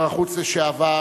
שר החוץ לשעבר,